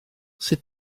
sut